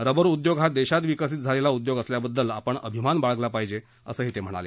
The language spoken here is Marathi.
रबर उद्योग हा देशात विकसित झालेला उद्योग असल्याबद्दल आपण अभिमान बाळगला पाहिजे असं ते म्हणाले